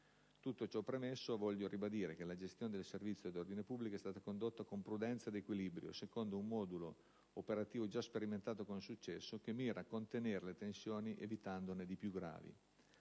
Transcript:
Tutto ciò premesso, voglio ribadire che la gestione del servizio di ordine pubblico è stata condotta con prudenza ed equilibrio, secondo un modulo operativo già sperimentato con successo, che mira a contenere le tensioni evitandone di più gravi.